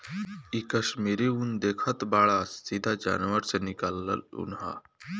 इ कश्मीरी उन देखतऽ बाड़ऽ सीधा जानवर से निकालल ऊँन ह